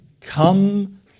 Come